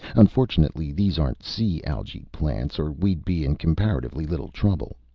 unfortunately, these aren't sea-algae plants, or we'd be in comparatively little trouble.